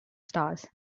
stars